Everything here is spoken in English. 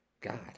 God